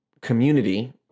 community